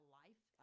life